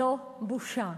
זו בושה.